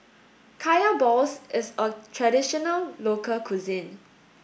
Kaya Balls is a traditional local cuisine